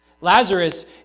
Lazarus